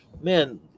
man